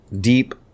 deep